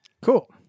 Cool